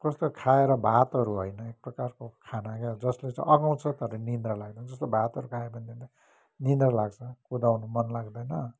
कस्तो खाएर भातहरू होइन एकप्रकारको खाना क्या जसले चाहिँ अघाउँछ तर निन्द्रा लाग्दैन जस्तो भातहरू खायो भनेदेखि त निन्द्रा लाग्छ कुदाउनु मन लाग्दैन